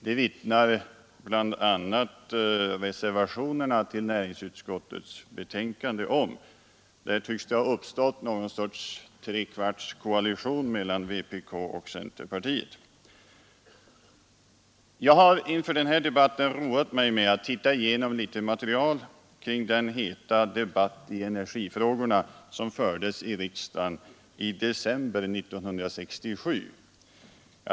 Det vittnar bl.a. reservationerna till näringsutskottets betänkande om. Där tycks det ha uppstått någon sorts trekvartskoalition mellan vpk och centerpartiet. Jag har inför den här debatten roat mig med att titta igenom litet material kring den heta debatt i energifrågorna som fördes i riksdagen i december 1967.